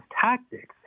tactics